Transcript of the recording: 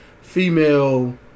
female